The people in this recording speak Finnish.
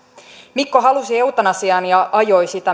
mikko halusi eutanasian ja ajoi sitä